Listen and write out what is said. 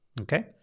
Okay